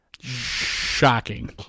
Shocking